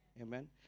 Amen